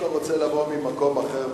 אני דווקא רוצה לבוא ממקום אחר,